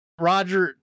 Roger